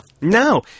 No